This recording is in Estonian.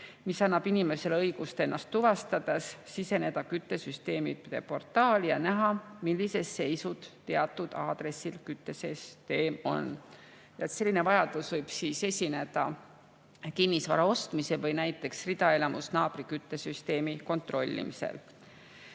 mis annab inimesele õiguse ennast tuvastades siseneda küttesüsteemide portaali ja näha, millises seisus teatud aadressil küttesüsteem on. Selline vajadus võib esineda kinnisvara ostmisel või näiteks ridaelamus naabri küttesüsteemi kontrollimisel.